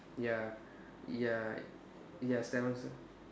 ya ya ya seven star